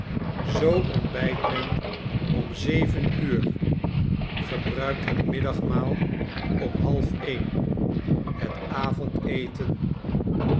zoo ontbijt men om zeven uur gebruikt het middagmaal om halfeen het avondeten